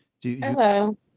hello